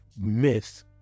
myth